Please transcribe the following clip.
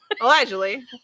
Allegedly